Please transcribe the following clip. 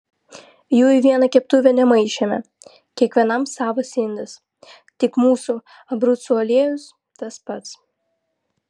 jų į vieną keptuvę nemaišėme kiekvienam savas indas tik mūsų abrucų aliejus tas pats